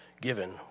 given